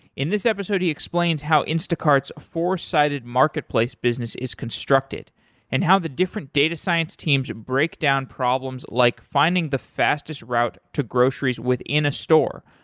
in this episode he explains how instacart's foresighted marketplace business is constructed and how the different data science team break down problems like finding the fastest route to groceries within a store,